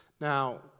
Now